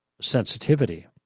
sensitivity